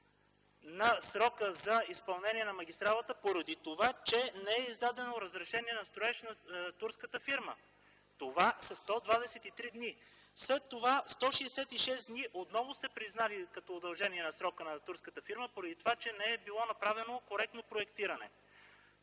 на срока за изпълнение на магистралата, поради това че не е издадено разрешение за строеж на турската фирма. Това са 123 дни! След това 166 дни отново сте признали като удължение на срока на турската фирма поради това, че не е направено коректно проектиране.